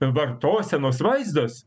vartosenos vaizdas